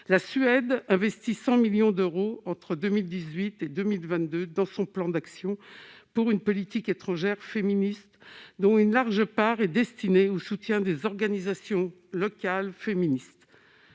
La Suède investit 100 millions d'euros entre 2018 et 2022 dans son plan d'action pour une politique étrangère féministe, dont une large part est destinée au soutien des organisations locales féministes.